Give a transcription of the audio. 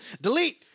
delete